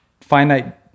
finite